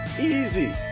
Easy